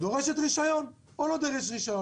דורשת רישיון או לא דורשת רישיון?